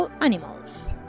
animals